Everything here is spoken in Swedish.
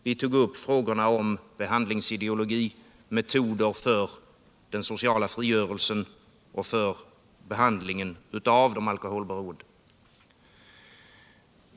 Vi tog upp frågor om behandlingsideologi samt metoder för den sociala frigörelsen och för behandlingen av de alkoholberoende.